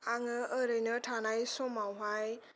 आङो ओरैनो थानाय समावहाय